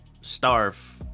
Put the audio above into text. starve